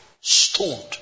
stoned